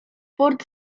port